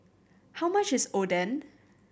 how much is Oden